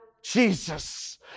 Jesus